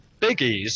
biggies